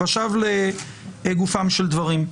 ועכשיו לגופם של דברים.